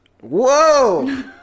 whoa